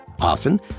Often